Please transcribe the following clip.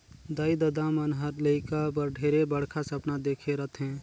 दाई ददा मन हर लेइका बर ढेरे बड़खा सपना देखे रथें